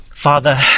Father